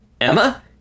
Emma